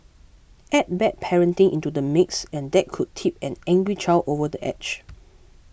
add bad parenting into the mix and that could tip an angry child over the edge